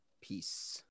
Peace